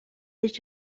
did